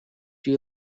you